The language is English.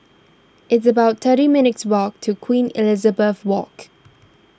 it's about thirty minutes' walk to Queen Elizabeth Walk